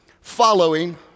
following